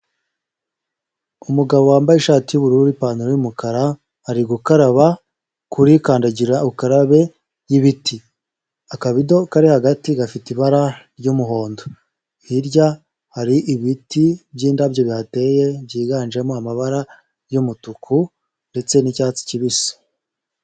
Umugabo wambaye ishati y'ubururu n'ipantaro y'umukara, ari gukaraba kuri kandagira ukarabe y'ibiti, akabido kari hagati gafite ibara ry'umuhondo, hirya hari ibiti by'indabyo bihateye byiganjemo amabara y'umutuku ndetse n'icyatsi kibisi.